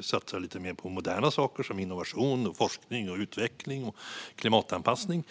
exempel lite mer på moderna saker som innovation, forskning, utveckling och klimatanpassning.